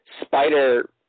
spider